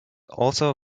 also